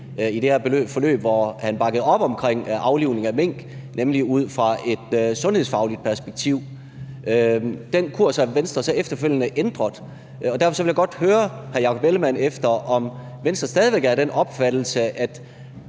i det her forløb, hvor han bakkede op omkring aflivningen af mink, nemlig ud fra et sundhedsfagligt perspektiv. Den kurs har Venstre så efterfølgende ændret, og derfor vil jeg godt høre hr. Jakob Ellemann-Jensen efter, om hr. Jakob Ellemann-Jensen